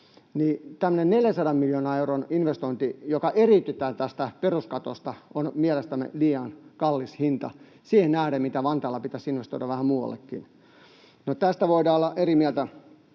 niin tämmöinen 400 miljoonan euron investointi, joka eriytetään tästä peruskatosta, on mielestämme liian kallis hinta siihen nähden, että Vantaalla pitäisi investoida vähän muuallekin. No, tästä voi toki Kiljunen olla eri mieltä